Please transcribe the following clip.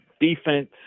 defense